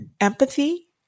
empathy